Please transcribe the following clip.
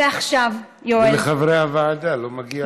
ועכשיו, יואל, לחברי הוועדה לא מגיעה תודה?